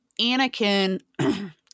Anakin